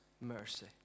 mercy